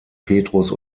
petrus